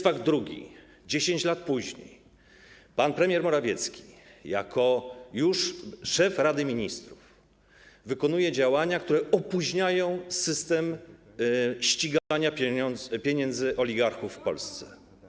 Fakt drugi: 10 lat później pan premier Morawiecki już jako szef Rady Ministrów wykonuje działania, które opóźniają działanie systemu ścigania pieniędzy oligarchów w Polsce.